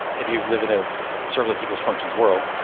if you live in a serverless equals functions world,